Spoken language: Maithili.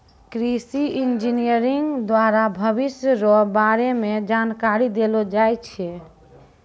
कृषि इंजीनियरिंग द्वारा भविष्य रो बारे मे जानकारी देलो जाय छै